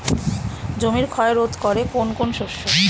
জমির ক্ষয় রোধ করে কোন কোন শস্য?